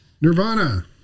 Nirvana